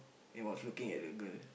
and was looking at the girl